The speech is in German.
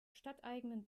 stadteigenen